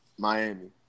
Miami